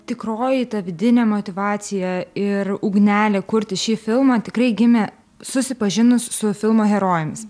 tikroji ta vidinė motyvacija ir ugnelė kurti šį filmą tikrai gimė susipažinus su filmo herojomis